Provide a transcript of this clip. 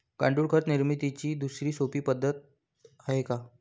गांडूळ खत निर्मितीची दुसरी सोपी पद्धत आहे का?